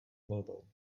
volbou